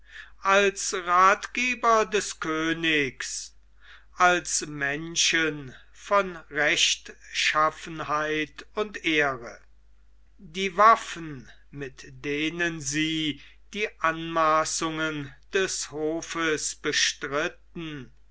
als rathgeber des königs als menschen von rechtschaffenheit und ehre die waffen mit denen sie die anmaßungen des hofes bestritten